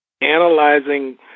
analyzing